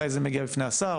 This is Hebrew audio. מתי זה מגיע בפני השר,